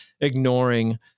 ignoring